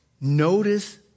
Notice